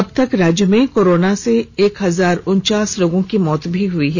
अब तक राज्य में कोरोना से एक हजार उनचास लोगों की मौत हुई हैं